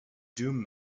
doom